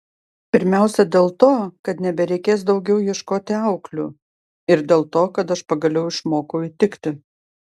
pirmiausia dėl to kad nebereikės daugiau ieškoti auklių ir dėl to kad aš pagaliau išmokau įtikti